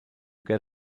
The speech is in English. get